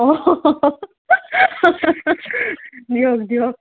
অঁ দিয়ক দিয়ক